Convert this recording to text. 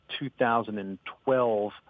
2012